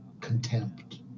contempt